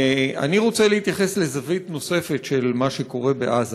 אני רוצה להתייחס לזווית נוספת של מה שקורה בעזה.